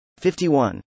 51